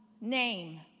name